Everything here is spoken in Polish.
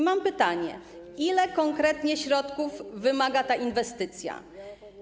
Mam pytanie: Ile konkretnie środków wymaga ta inwestycja?